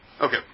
Okay